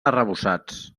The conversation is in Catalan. arrebossats